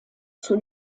zur